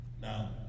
Now